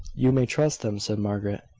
you may trust them, said margaret,